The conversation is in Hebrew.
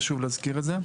חשוב להזכיר את זה.